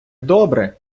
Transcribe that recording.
добре